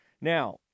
Now